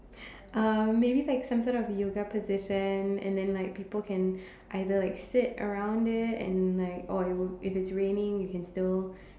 um maybe like some sort of yoga position and then like people can either like sit around it and like or it would if it's raining you can still